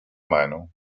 meinung